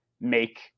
make